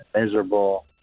miserable